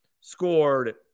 scored